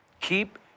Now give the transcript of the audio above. Keep